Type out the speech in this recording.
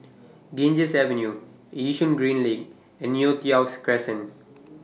Ganges Avenue Yishun Green LINK and Neo Tiew Crescent